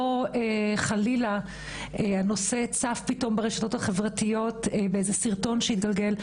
לא חלילה שהנושא צף פתאום ברשתות חברתיות באיזה סרטון שהתגלגל,